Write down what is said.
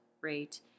rate